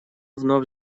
вновь